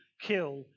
kill